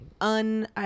Un